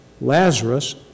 Lazarus